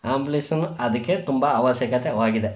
ಆಂಬುಲೆನ್ಸ್ನು ಅದಕ್ಕೆ ತುಂಬ ಅವಶ್ಯಕತೆಯಾಗಿದೆ